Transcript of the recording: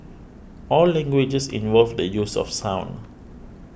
all languages involve the use of sound